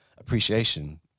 appreciation